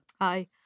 Hi